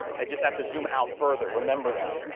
i just have to zoom out further. remember that.